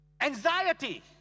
anxiety